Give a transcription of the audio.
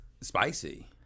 spicy